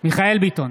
מיכאל מרדכי ביטון,